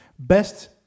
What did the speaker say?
Best